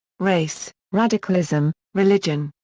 race, radicalism, religion,